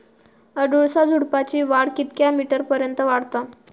अडुळसा झुडूपाची वाढ कितक्या मीटर पर्यंत वाढता?